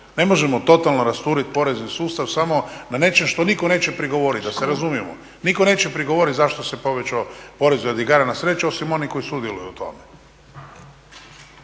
Ne možemo totalno rasturiti porezni sustav samo na nečem što nitko neće prigovorit da se razumijemo. Nitko neće prigovorit zašto se povećao porez od igara na sreću osim onih koji sudjeluju u tome.